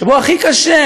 המקום שבו הכי קשה,